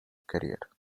career